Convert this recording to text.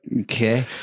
okay